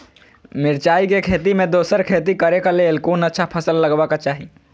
मिरचाई के खेती मे दोसर खेती करे क लेल कोन अच्छा फसल लगवाक चाहिँ?